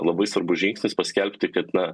labai svarbus žingsnis paskelbti kad na